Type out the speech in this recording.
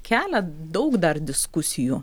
kelia daug dar diskusijų